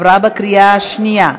התקבלה בקריאה שנייה.